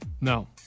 No